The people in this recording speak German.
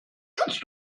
kannst